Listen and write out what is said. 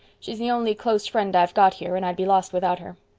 she's the only close friend i've got here and i'd be lost without her.